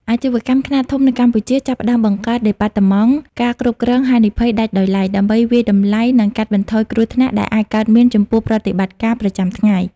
អាជីវកម្មខ្នាតធំនៅកម្ពុជាចាប់ផ្តើមបង្កើតដេប៉ាតឺម៉ង់ការគ្រប់គ្រងហានិភ័យដាច់ដោយឡែក ដើម្បីវាយតម្លៃ និងកាត់បន្ថយគ្រោះថ្នាក់ដែលអាចកើតមានចំពោះប្រតិបត្តិការប្រចាំថ្ងៃ។